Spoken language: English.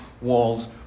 walls